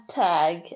tag